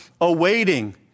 awaiting